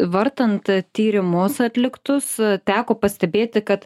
vartant tyrimus atliktus teko pastebėti kad